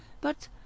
But